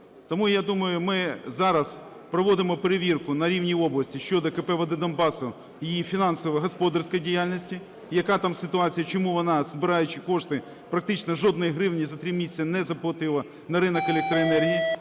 Тому, я думаю, ми зараз проводимо перевірку на рівні області щодо КП "Вода Донбасса" і її фінансово-господарської діяльності і яка там ситуація, чому вона, збираючи кошти, практично жодної гривні за 3 місяці не заплатила на ринок електроенергії.